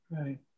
right